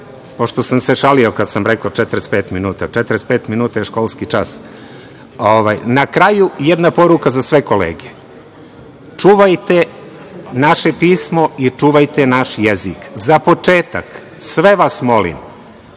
pošto sam se šalio kada sam rekao 45 minuta, 45 minuta je školski čas, na kraju jedna poruka za sve kolege – čuvajte naše pismo i čuvajte naš jezik. Za početak sve vas molim